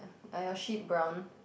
are your sheep brown